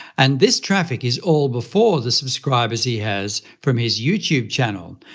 and this traffic is all before the subscribers he has from his youtube channel.